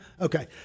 okay